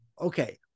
okay